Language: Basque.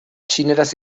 txineraz